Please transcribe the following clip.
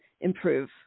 improve